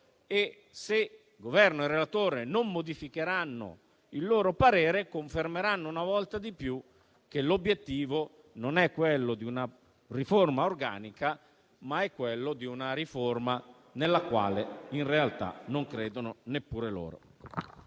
Se Governo e relatore non modificheranno il loro parere, confermeranno una volta di più che l'obiettivo non è una riforma organica, ma riforma nella quale, in realtà, non credono neppure loro.